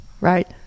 right